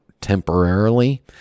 temporarily